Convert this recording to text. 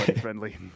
friendly